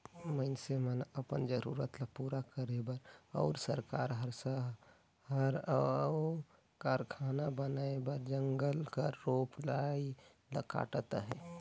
मइनसे मन अपन जरूरत ल पूरा करे बर अउ सरकार हर सहर अउ कारखाना बनाए बर जंगल कर रूख राई ल काटत अहे